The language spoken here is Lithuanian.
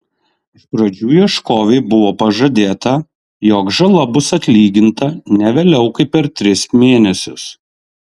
iš pradžių ieškovei buvo pažadėta jog žala bus atlyginta ne vėliau kaip per tris mėnesius